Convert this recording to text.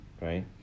right